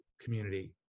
community